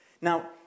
Now